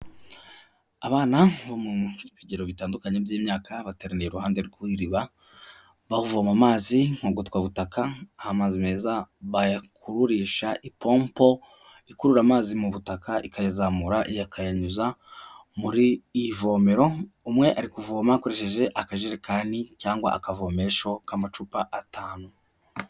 Abana bo mu bigero bitandukanye by'imyaka baterani ihande rw'iriba, bavoma amazi nkogotwa butaka. Aho ameza bayakugurisha ipompo ikurura amazi mu butaka, ikazamura ikayanyuza muri iri ivomero. Umwe ari kuvoma akoresheje akajerekani cyangwa akavomesho k'amacupa atanu.